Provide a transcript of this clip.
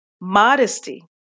modesty